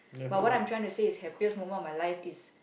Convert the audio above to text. but what I'm trying to say is happiest moment of my life is